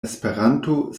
esperanto